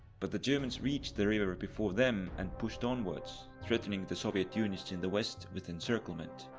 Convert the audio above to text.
but the germans reached the river before them and pushed onwards, threatening the soviet units in the west with encirclement.